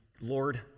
Lord